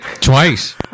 Twice